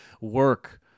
work